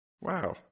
Wow